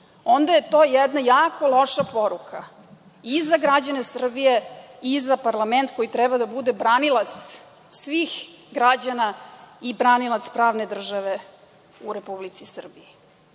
onda je to jedna jako loša poruka i za građane Srbije i za parlament koji treba da bude branilac svih građana i branilac pravne države u Republici Srbiji. Zbog